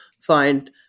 find